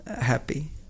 happy